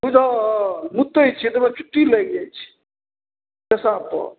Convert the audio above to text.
बुझल मुतै छिए तऽ चुट्टी लागि जाइ छै पेसाबपर